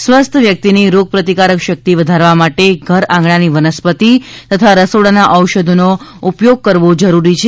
સ્વસ્થ વ્યક્તિની રોગપ્રતિકારક શક્તિ વધારવા માટે ઘરઆંગણાની વનસ્પતિ તથા રસોડાના ઔષધનો ઉપયોગ કરવો જરૂરી છે